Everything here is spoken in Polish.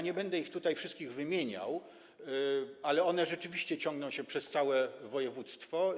Nie będę ich tutaj wszystkich wymieniał, ale to rzeczywiście ciągnie się przez całe województwo.